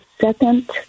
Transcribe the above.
second